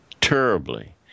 terribly